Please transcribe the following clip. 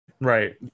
Right